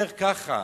אומר ככה: